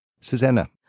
Susanna